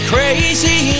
Crazy